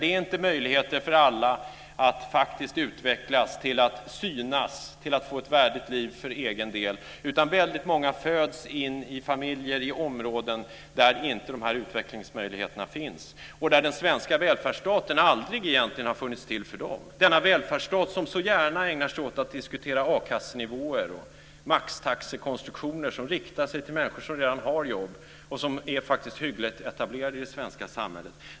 Det finns inte möjligheter för alla att faktiskt utvecklas till att synas och till att få värdigt liv för egen del, utan väldigt många föds in i familjer och i områden där dessa utvecklingsmöjligheter inte finns och där den svenska välfärdsstaten egentligen aldrig har funnits till för dem, denna välfärdsstat som så gärna ägnar sig åt att diskutera a-kassenivåer och maxtaxekonstruktioner som riktar sig till människor som redan har jobb och som faktiskt är hyggligt etablerade i det svenska samhället.